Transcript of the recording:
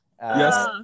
Yes